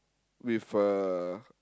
with a